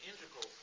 integral